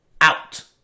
out